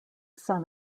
son